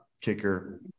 kicker